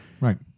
Right